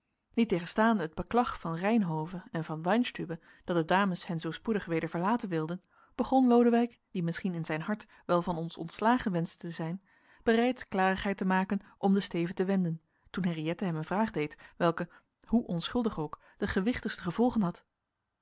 niettegenstaande het beklag van reynhove en van weinstübe dat de dames hen zoo spoedig weder verlaten wilden begon lodewijk die misschien in zijn hart wel van ons ontslagen wenschte te zijn bereids klarigheid te maken om den steven te wenden toen henriëtte hem een vraag deed welke hoe onschuldig ook de gewichtigste gevolgen had